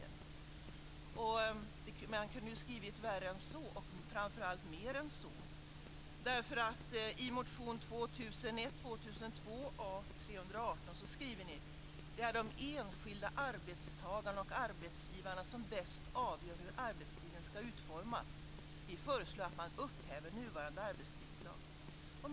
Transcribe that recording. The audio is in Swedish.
Men jag hade kunnat skriva värre än så och framför allt mer än så. I motion 2001/02:A318 skriver ni: Det är de enskilda arbetstagarna och arbetsgivarna som bäst avgör hur arbetstiden ska utformas. Vi föreslår att man upphäver nuvarande arbetstidslag.